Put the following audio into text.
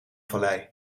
vallei